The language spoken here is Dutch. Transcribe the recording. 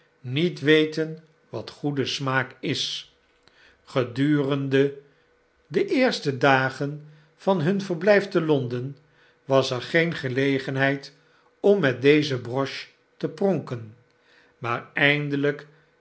niet weten wat goede smaak is gedurende de eerste dagen van hun verblp te l o n d e n was er geen gelegenheid om met deze broche te pronken maar eindelp